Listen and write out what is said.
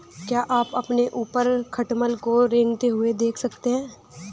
क्या आप अपने ऊपर खटमल को रेंगते हुए देख सकते हैं?